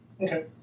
Okay